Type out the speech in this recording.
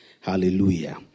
Hallelujah